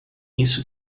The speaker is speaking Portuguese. isso